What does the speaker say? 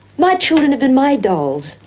my children have been my dolls.